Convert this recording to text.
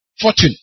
fortune